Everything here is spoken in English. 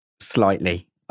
slightly